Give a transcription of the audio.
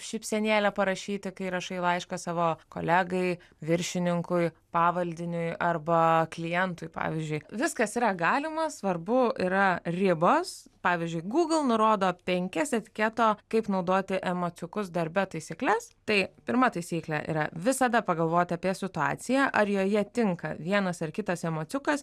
šypsenėlę parašyti kai rašai laišką savo kolegai viršininkui pavaldiniui arba klientui pavyzdžiui viskas yra galima svarbu yra ribos pavyzdžiui gūgl nurodo penkias etiketo kaip naudoti emociukus darbe taisykles tai pirma taisyklė yra visada pagalvoti apie situaciją ar joje tinka vienas ar kitas emociukas